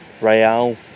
Real